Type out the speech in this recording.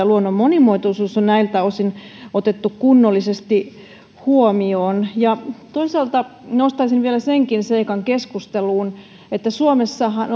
luonnon monimuotoisuus on näiltä osin otettu kunnollisesti huomioon toisaalta nostaisin vielä keskusteluun senkin seikan että suomessahan